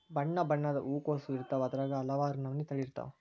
ಬಣ್ಣಬಣ್ಣದ ಹೂಕೋಸು ಇರ್ತಾವ ಅದ್ರಾಗ ಹಲವಾರ ನಮನಿ ತಳಿ ಇರ್ತಾವ